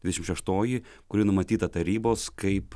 dvidešim šeštoji kuri numatyta tarybos kaip